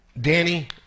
Danny